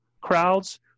crowds